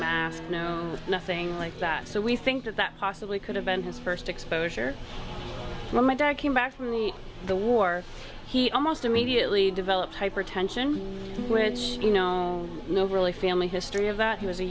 nothing like that so we think that that possibly could have been his first exposure when my dad came back from the war he almost immediately developed hypertension which you know know really family history of that he was a